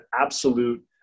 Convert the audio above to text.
absolute